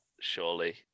Surely